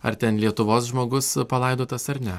ar ten lietuvos žmogus palaidotas ar ne